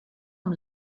amb